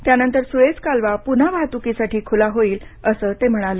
त्यानंतर सुएझ कालवा पुन्हा वाहतूकीसाठी खुला होईल असं ते म्हणाले